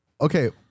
Okay